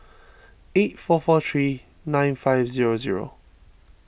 eight four four three nine five zero zero